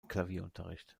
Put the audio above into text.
klavierunterricht